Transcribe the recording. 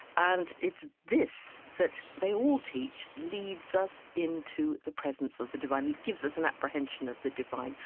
and it's this that they all teach leads us into the presence of the divine. it gives us an apprehension of the divine,